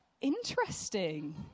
Interesting